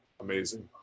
amazing